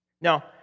Now